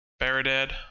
Baradad